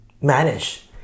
manage